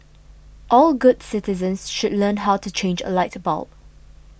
all good citizens should learn how to change a light bulb